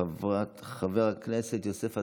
חבר הכנסת יוסף עטאונה,